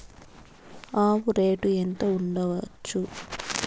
ఆవు రేటు ఎంత ఉండచ్చు?